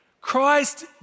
Christ